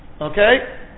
Okay